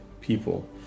people